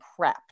prepped